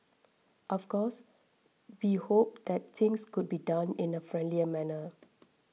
of course we hope that things could be done in a friendlier manner